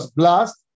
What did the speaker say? blast